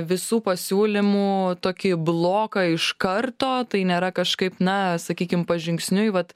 visų pasiūlymų tokį bloką iš karto tai nėra kažkaip na sakykim pažingsniui vat